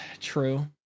True